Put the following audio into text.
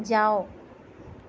جاؤ